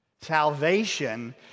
Salvation